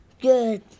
Good